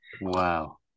Wow